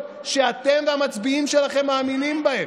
שאתם והמצביעים שלכם מאמינים בהן,